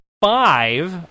five